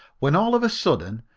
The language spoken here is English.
when all of a sudden,